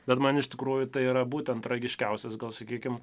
bet man iš tikrųjų tai yra būtent tragiškiausias gal sakykim